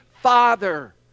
Father